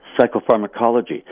Psychopharmacology